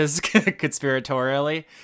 conspiratorially